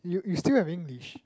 you you still have English